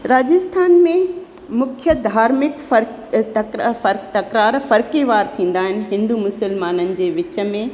राजस्थान में मुख्य धार्मिक फर तकरा फर तकरार फरकीवार थींदा आहिनि हिंदू मुस्लमाननि जे विच में